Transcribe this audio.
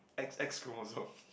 X X chromosome